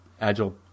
agile